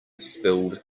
spilled